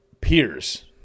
peers